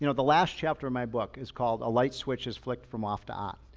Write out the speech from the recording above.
you know the last chapter of my book is called a light switch is flicked from off to on.